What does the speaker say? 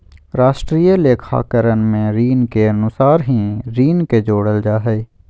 राष्ट्रीय लेखाकरण में ऋणि के अनुसार ही ऋण के जोड़ल जा हइ